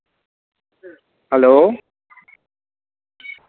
hello